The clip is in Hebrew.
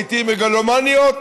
לעיתים מגלומניות,